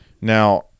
Now